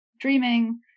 Dreaming